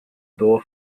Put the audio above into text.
door